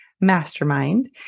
Mastermind